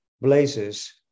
blazes